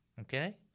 Okay